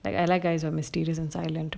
like I like guys that are mysterious and silent